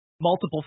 multiple